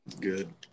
Good